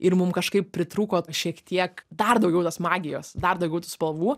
ir mum kažkaip pritrūko šiek tiek dar daugiau tos magijos dar daugiau tų spalvų